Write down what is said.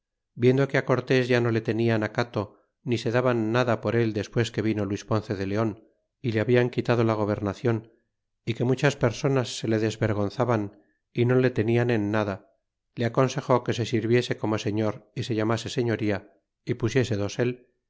viendo que á cortés ya no le tenian acato ni se daban nada por él despues que vino luis ponce de leon y le habian quitado la gobernacinn y que muchas personas se le desvergonzaban y no le tenian en nada le aconsejó que se sirviese como señor y se llamase señoría y pusiese dosel y